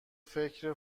فکر